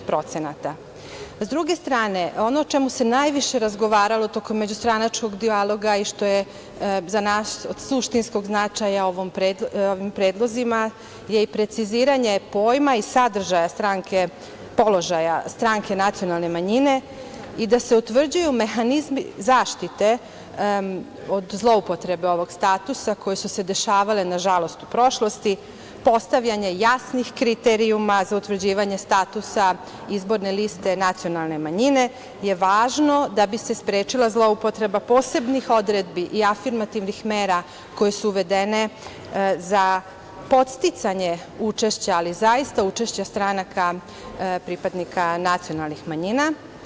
S druge strane, ono o čemu se najviše razgovaralo tokom međustranačkog dijaloga i što je za nas od suštinskog značaja u ovim predlozima je i preciziranje pojma i položaja stranke nacionalne manjine i da se utvrđuju mehanizmi zaštite od zloupotrebe ovog statusa, koje su se dešavale, nažalost, u prošlosti, postavljanje jasnih kriterijuma za utvrđivanje statusa izborne liste nacionalne manjine je važno da bi se sprečila zloupotreba posebnih odredbi i afirmativnih mera koje su uvedene za podsticanje učešća, ali zaista učešća stranaka pripadnika nacionalnih manjina.